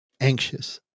anxious